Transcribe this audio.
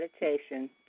meditation